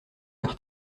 leur